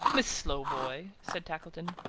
miss slowboy, said tackleton,